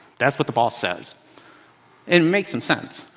that's what the boss says, and it makes some sense.